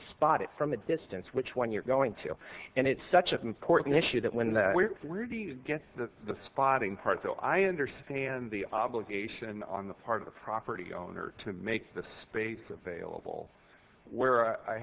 spot it from a distance which when you're going to and it's such an important issue that when the where do you get the the spotting part so i understand the obligation on the part of the property owner to make the space available where i